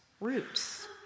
roots